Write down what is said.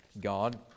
God